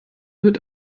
wird